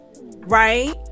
right